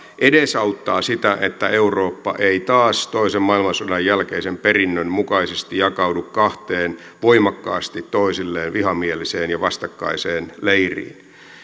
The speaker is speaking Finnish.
edesauttaa sitä että eurooppa ei taas toisen maailmansodan jälkeisen perinnön mukaisesti jakaudu kahteen voimakkaasti toisilleen vihamieliseen ja vastakkaiseen leiriin